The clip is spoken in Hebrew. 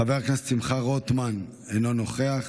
חבר הכנסת שמחה רוטמן, אינו נוכח,